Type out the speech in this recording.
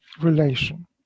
relation